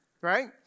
right